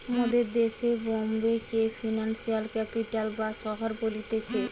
মোদের দেশে বোম্বে কে ফিনান্সিয়াল ক্যাপিটাল বা শহর বলতিছে